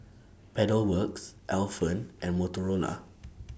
Pedal Works Alpen and Motorola